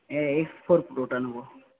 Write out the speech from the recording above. হ্যাঁ X four প্রোটা নেবো